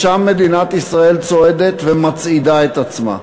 לשם מדינת ישראל צועדת ומצעידה את עצמה.